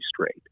straight